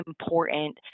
important